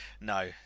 no